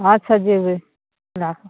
अच्छा जेबय राखू